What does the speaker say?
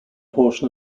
portion